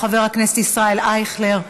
חבר הכנסת ישראל אייכלר,